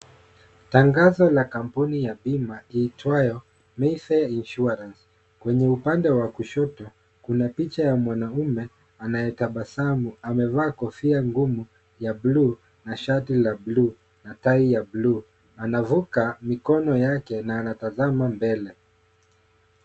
Tangazo la kampuni ya bima iitwayo Mayfair Insurance. Kwenye upande wa kushoto kuna picha ya mwanaume anayetabasamu. Amevaa kofia ngumu ya blue na hati la blue tai ya blue .Anavuka mikono yake na anatazama mbele.